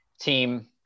team